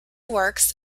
works